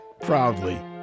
proudly